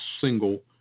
single